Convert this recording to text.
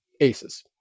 aces